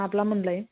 माब्ला मोनलाय